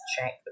check